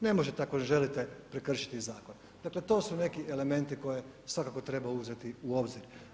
Ne možete ako želite prekršiti zakon, dakle to su neki elementi koje svakako treba uzeti u obzir.